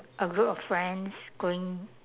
a group of friends going